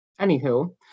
Anywho